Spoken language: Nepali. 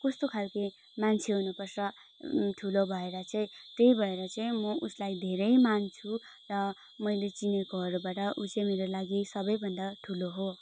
कस्तो खालके मान्छे हुनुपर्छ ठुलो भएर चाहिँ त्यही भएर चाहिँ म उसलाई धेरै मान्छु र मैले चिनेकोहरूबाट ऊ चाहिँ मेरो लागि सबैभन्दा ठुलो हो